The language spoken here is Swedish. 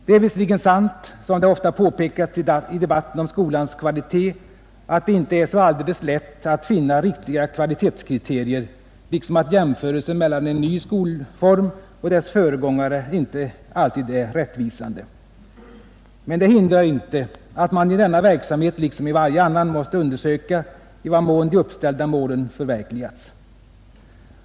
Det är visserligen sant som det ofta har påpekats i debatten om skolans kvalitet att det inte är så alldeles lätt att finna riktiga kvalitetskriterier liksom att jämförelser mellan en ny skolform och dess föregångare inte alltid är rättvisande. Men det hindrar inte, att man i denna verksamhet liksom i varje annan måste undersöka i vad mån de uppställda målen förverkligas.